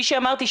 כפי שאמרתי,